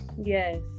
Yes